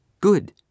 Good